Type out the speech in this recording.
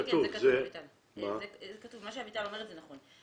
מה שאביטל אומרת זה נכון.